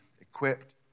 equipped